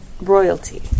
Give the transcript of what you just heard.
royalty